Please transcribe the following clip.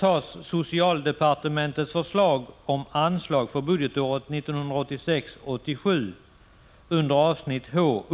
tar man upp socialdepartementets förslag om anslag för budgetåret 1986/87 under avsnitt H.